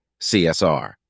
CSR